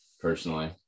personally